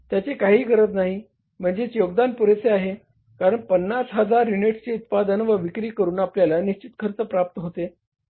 त्याची काहीही गरज नाही म्हणजेच योगदान पुरेसे आहे कारण 50000 युनिट्सचे उत्पादन व विक्री करून आपल्याला निश्चित खर्च प्राप्त होते